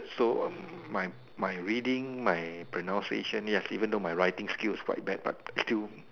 so um my my reading my pronunciation ya even though my writing skills quite bad but still